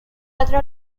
otro